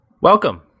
Welcome